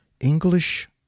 English